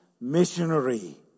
missionary